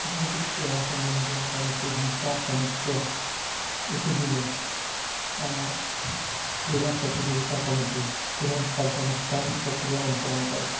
ଯଦି କ୍ରୀଡ଼ା ସମ୍ବନ୍ଧୀୟ କୌଣସି ହିଂସା ସମସ୍ୟା ଉପୁଜିଲେ ଆମ କ୍ରୀଡ଼ା ପ୍ରତିଯୋଗିତା କମିଟି ତୁରନ୍ତ କାର୍ଯ୍ୟାନୁଷ୍ଠାନ ପ୍ରକ୍ରିୟା ଅନୁସରଣ କରେ